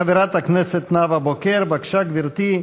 חברת הכנסת נאוה בוקר, בבקשה, גברתי.